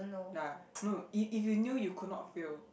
no lah no if if you knew you could not fail